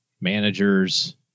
managers